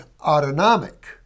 autonomic